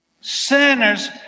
sinners